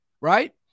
Right